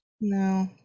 No